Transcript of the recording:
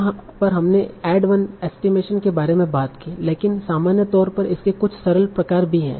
यहां पर हमने ऐड वन एस्टीमेशन के बारे में बात की लेकिन सामान्य तौर पर इसके कुछ सरल प्रकार भी हैं